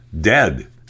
dead